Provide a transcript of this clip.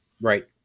Right